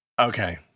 Okay